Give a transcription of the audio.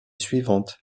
suivante